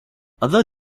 other